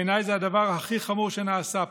בעיניי, זה הדבר הכי חמור שנעשה פה.